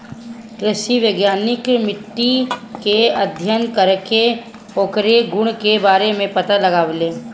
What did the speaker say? कृषि वैज्ञानिक मिट्टी के अध्ययन करके ओकरी गुण के बारे में पता लगावेलें